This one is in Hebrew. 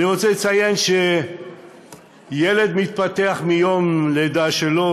אני רוצה לציין שילד מתפתח מיום הלידה שלו,